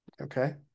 Okay